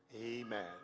amen